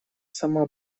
сама